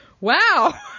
wow